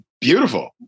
Beautiful